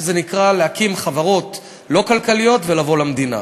שנקרא להקים חברות לא כלכליות ולבוא למדינה.